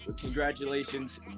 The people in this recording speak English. congratulations